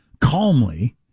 calmly